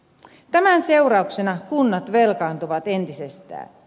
tämän seurauksena kunnat velkaantuvat entisestään